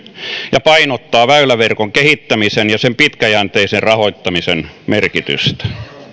ja painottaa väyläverkon kehittämisen ja sen pitkäjänteisen rahoittamisen merkitystä